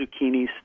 zucchinis